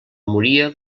moria